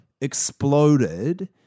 exploded